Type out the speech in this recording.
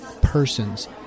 persons